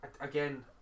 again